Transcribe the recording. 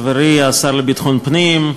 חברי השר לביטחון פנים,